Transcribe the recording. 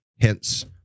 hence